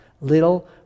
little